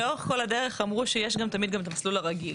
לאורך כל הדרך, אמרו שיש גם תמיד את המסלול הרגיל.